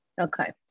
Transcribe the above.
Okay